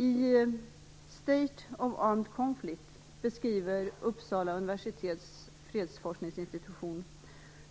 I State of Armed Conflicts beskriver Uppsala universitets fredsforskningsinstitution